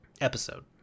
episode